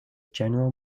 general